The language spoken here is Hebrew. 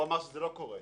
הוא אמר שזה לא קורה.